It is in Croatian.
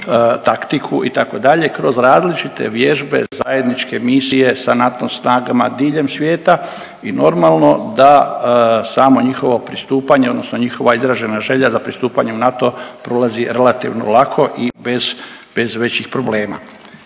taktiku, itd. kroz različite vježbe, zajedničke misije sa NATO snagama diljem svijeta i normalno da samo njihovo pristupanje odnosno njihova izražena želja za pristupanjem NATO prolazi relativno lako i bez većih problema.